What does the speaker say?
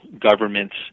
governments